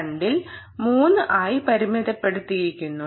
2 ൽ 3 ആയി പരിമിതപ്പെടുത്തിയിരിക്കുന്നു